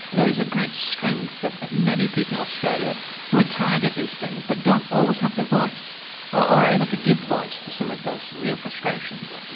there is a great strength of of many people in australia who are tired of these things but don't always have the voice or are able to give voice to some of those real frustrations.